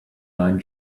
line